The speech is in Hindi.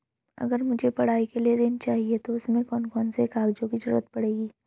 अगर मुझे पढ़ाई के लिए ऋण चाहिए तो उसमें कौन कौन से कागजों की जरूरत पड़ेगी?